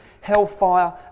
Hellfire